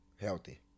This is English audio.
Healthy